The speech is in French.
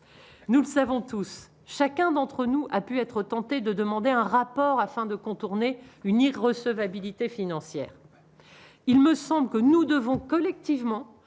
nous le savons tous, chacun d'entre nous a pu être tenté de demander un rapport afin de contourner une irrecevabilité financière, il me semble que nous devons collectivement